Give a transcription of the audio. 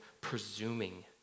presuming